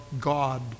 God